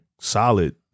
solid